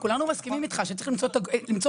כולנו מסכימים איתך שצריך למצוא את הגבול,